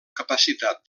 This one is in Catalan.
capacitat